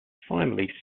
finally